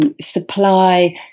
supply